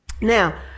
Now